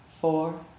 four